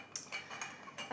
<S<